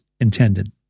intended